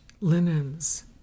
linens